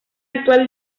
actual